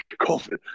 COVID